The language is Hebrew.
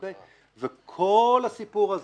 כל הסיפור הזה,